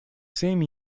same